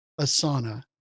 asana